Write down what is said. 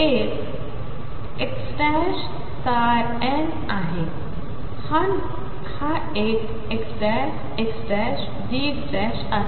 एक xn आहे हा एक xxdx आहे